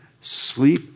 Sleep